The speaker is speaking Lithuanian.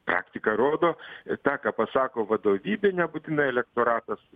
praktika rodo tą ką pasako vadovybė nebūtinai elektoratas